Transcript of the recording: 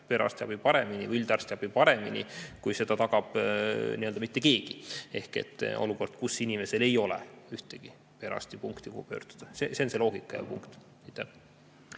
perearstiabi või üldarstiabi paremini, kui seda tagab nii-öelda mitte keegi ehk et on olukord, kus inimesel ei ole ühtegi perearstipunkti, kuhu pöörduda. See on see loogika ja punkt.